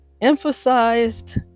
emphasized